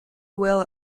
well